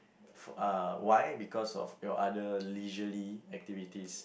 f~ uh why because of your other leisurely activities